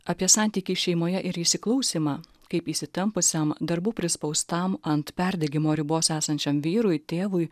apie santykį šeimoje ir įsiklausymą kaip įsitempusiam darbų prispaustam ant perdegimo ribos esančiam vyrui tėvui